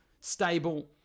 stable